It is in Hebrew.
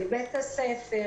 של בית הספר.